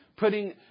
Putting